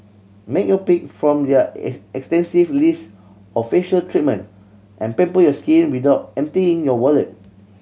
make your pick from their extensive list of facial treatment and pamper your skin without emptying your wallet